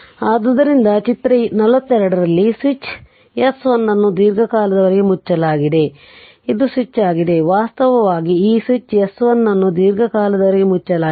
ಆದ್ದರಿಂದ ಚಿತ್ರ 42 ರಲ್ಲಿ ಸ್ವಿಚ್ S 1 ಅನ್ನು ದೀರ್ಘಕಾಲದವರೆಗೆ ಮುಚ್ಚಲಾಗಿದೆ ಇದು ಸ್ವಿಚ್ ಆಗಿದೆ ವಾಸ್ತವವಾಗಿ ಈ ಸ್ವಿಚ್ S 1 ಅನ್ನು ದೀರ್ಘಕಾಲದವರೆಗೆ ಮುಚ್ಚಲಾಗಿದೆ